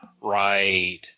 Right